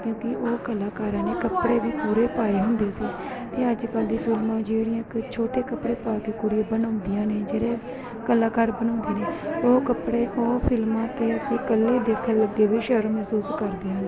ਕਿਉਂਕਿ ਉਹ ਕਲਾਕਾਰਾਂ ਨੇ ਕੱਪੜੇ ਵੀ ਪੂਰੇ ਪਾਏ ਹੁੰਦੇ ਸੀ ਅਤੇ ਅੱਜ ਕੱਲ੍ਹ ਦੀਆਂ ਫ਼ਿਲਮਾਂ ਜਿਹੜੀਆਂ ਕਿ ਛੋਟੇ ਕੱਪੜੇ ਪਾ ਕੇ ਕੁੜੀ ਬਣਾਉਂਦੀਆਂ ਨੇ ਜਿਹੜੇ ਕਲਾਕਾਰ ਬਣਾਉਂਦੇ ਨੇ ਉਹ ਕੱਪੜੇ ਉਹ ਫਿਲਮਾਂ ਤਾਂ ਅਸੀਂ ਇਕੱਲੇ ਦੇਖਣ ਲੱਗੇ ਵੀ ਸ਼ਰਮ ਮਹਿਸੂਸ ਕਰਦੀਆਂ ਹਾਂ